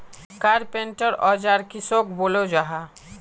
Carpenter औजार किसोक बोलो जाहा?